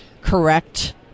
correct